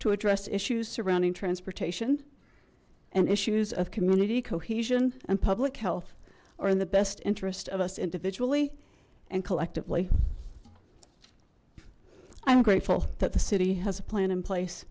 to address issues surrounding transportation and issues of community cohesion and public health are in the best interest of us individually and collectively i'm grateful that the city has a plan in place